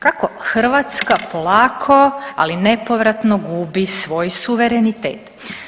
Kako Hrvatska polako ali nepovratno gubi svoj suverenitet.